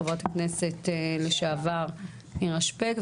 חברת הכנסת לשעבר נירה שפק,